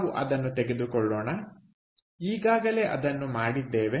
ನಾವು ಅದನ್ನು ತೆಗೆದುಕೊಳ್ಳೋಣ ಈಗಾಗಲೇ ಅದನ್ನು ಮಾಡಿದ್ದೇವೆ